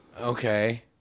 Okay